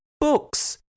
Books